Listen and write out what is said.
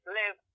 live